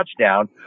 touchdown